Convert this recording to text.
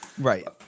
right